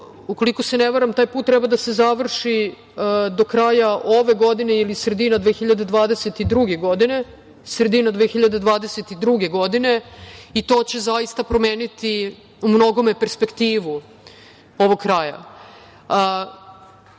Ukoliko se ne varam, taj put treba da se završi do kraja ove godine ili sredina 2022. godine i to će zaista promeniti u mnogome perspektivu ovog